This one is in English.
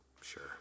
sure